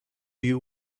you